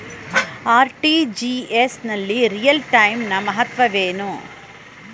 RTGS ನಲ್ಲಿ real time ನ ಮಹತ್ವವೇನು?